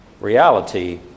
Reality